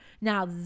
now